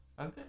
okay